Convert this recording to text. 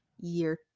year